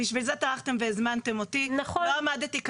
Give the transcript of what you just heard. אני לא אדבר בסיסמאות,